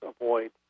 avoid